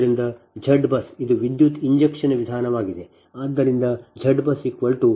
ಆದ್ದರಿಂದ Z BUS ಇದು ವಿದ್ಯುತ್ ಇಂಜೆಕ್ಷನ್ ವಿಧಾನವಾಗಿದೆ